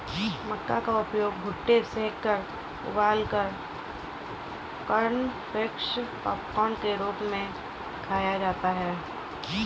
मक्का का उपयोग भुट्टे सेंककर उबालकर कॉर्नफलेक्स पॉपकार्न के रूप में खाया जाता है